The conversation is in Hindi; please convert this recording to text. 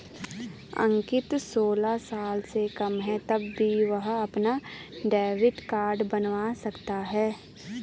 अंकित सोलह साल से कम है तब भी वह अपना डेबिट कार्ड बनवा सकता है